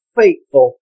faithful